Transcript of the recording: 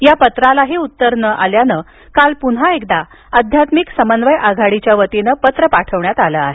या पत्रालाही उत्तर न आल्यानं काल पुन्हा एकदा आध्यात्मिक समन्वय आघाडीच्या वतीनं पत्र पाठवलं आहे